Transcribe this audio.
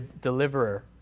deliverer